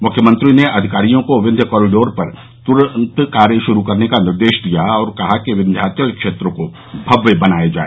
मुख्यमंत्री ने अधिकारियों को विन्ध्य कॉरिडोर पर तुरंत कार्य शुरू करने का निर्देश दिया और कहा कि विन्ध्याचल क्षेत्र को भव्य बनाया जाए